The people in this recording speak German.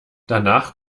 danach